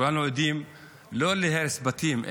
כולנו עדים לא רק להרס בתים,